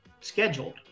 scheduled